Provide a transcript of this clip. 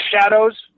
shadows